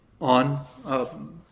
on